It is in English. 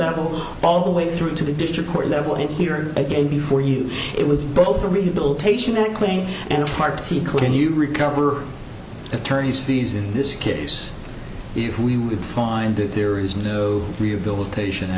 level all the way through to the district court level and here again before you it was both a rebuilt patient cleaning and parts he couldn't you recover attorney's fees in this case if we would find that there is no rehabilitation